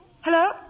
Hello